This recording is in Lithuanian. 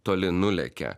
toli nulekia